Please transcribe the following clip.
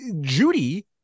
judy